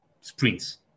sprints